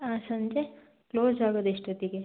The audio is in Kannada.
ಹಾಂ ಸಂಜೆ ಕ್ಲೋಸ್ ಆಗೋದು ಎಷ್ಟೊತ್ತಿಗೆ